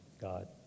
God